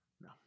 No